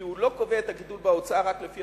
כי הוא לא קובע את הגידול בהוצאה רק לפי